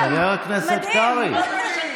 מדהים.